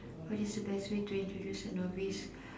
what is the best way to introduce a novice